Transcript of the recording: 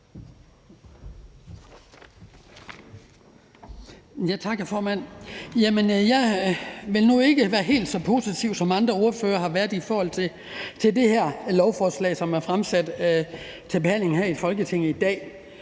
Jeg vil nu ikke være helt så positiv, som andre ordførere har været, i forhold til det her lovforslag, som er fremsat til behandling her i Folketinget i dag.